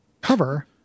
cover